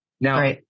Now